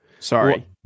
Sorry